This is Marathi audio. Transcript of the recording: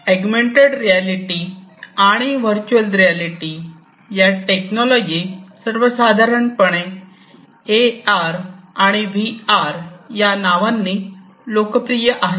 अगुमेन्टेड रियालिटी आणि व्हर्च्युअल रियालिटी या टेक्नॉलॉजी सर्व साधारणपणे ए आर आणि व्ही आर या नावांनी लोकप्रिय आहेत